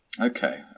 Okay